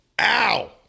Ow